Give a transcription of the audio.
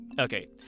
Okay